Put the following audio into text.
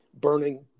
burning